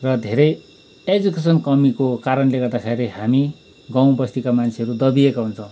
र धेरै एजुकेसन् कमिको कारणले गर्दाखेरि हामी गाँउ बस्तीका मान्छेहरू दबिएको हुन्छौँ